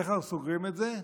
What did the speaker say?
איך אנחנו סוגרים אותו?